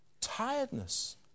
tiredness